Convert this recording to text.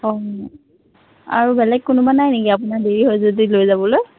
অ আৰু বেলেগ কোনোবা নাই নেকি আপোনাৰ দেৰি হয় যদি লৈ যাবলৈ